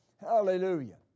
hallelujah